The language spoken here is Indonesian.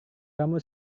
kamu